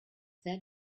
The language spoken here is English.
that